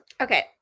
Okay